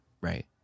right